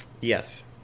Yes